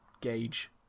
gauge